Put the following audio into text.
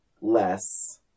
less